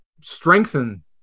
strengthen